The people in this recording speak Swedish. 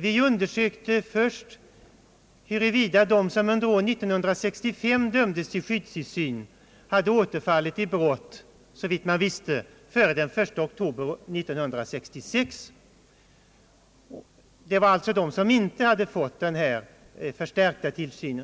Vi undersökte först huruvida de som under år 1965 dömdes till skyddstillsyn hade återfallit i brott — såvitt man visste — före den 1 oktober 1966. Det var alltså de som inte hade fått denna förstärkta tillsyn.